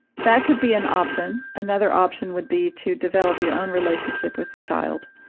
that could be an option. another option would be to develop your own relationship with the child.